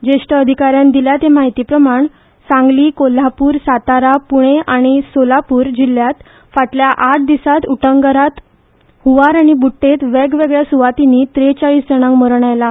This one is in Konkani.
ज्येष्ठ अधिकाऱ्यान दिल्या ते म्हायतीप्रमाण सांगली कोल्हापूर सातारा पुणे आनी सोलापूर जिल्ल्यात फाटल्या आठ दिसात उटंगरात हुंवार आनी बुट्टेत वेगवेगळ्या सुवातीनी त्रेचाळीस जाणांक मरण आयला